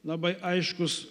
labai aiškus